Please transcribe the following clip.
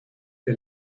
que